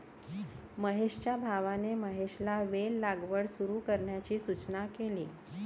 महेशच्या भावाने महेशला वेल लागवड सुरू करण्याची सूचना केली